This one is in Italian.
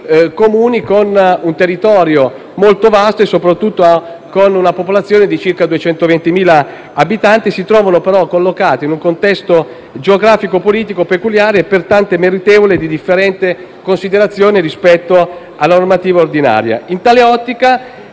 Comuni con un territorio molto vasto e soprattutto con una popolazione di circa 220.000 abitanti, che si trovano però collocati in un contesto geografico e politico peculiare e, pertanto, meritevole di differente considerazione rispetto alla normativa ordinaria.